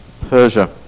Persia